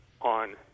on